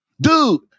Dude